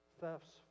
thefts